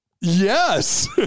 Yes